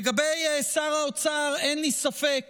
לגבי שר האוצר, אין לי ספק